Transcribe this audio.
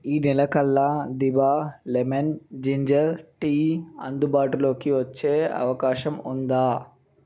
ఈ నెల కల్లా దిభా లెమన్ జింజర్ టీ అందుబాటులోకి వచ్చే అవకాశం ఉందా